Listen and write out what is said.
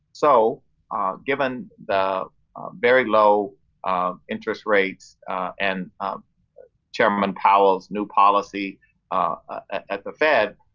so given the very low interest rates and chairman powell's new policy at the fed,